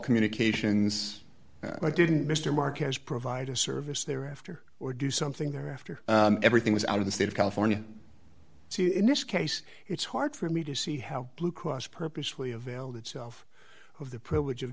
communications i didn't mr marquez provide a service there after or do something there after everything was out of the state of california in this case it's hard for me to see how blue cross purposefully availed itself of the privilege of